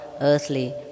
earthly